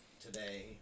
today